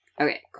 okay